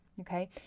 okay